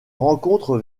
rencontre